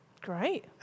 Great